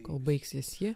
kol baigsis ji